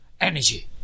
energy